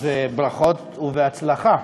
אז ברכות ובהצלחה.